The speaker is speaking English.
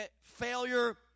Failure